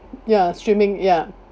ya streaming ya